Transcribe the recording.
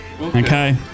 Okay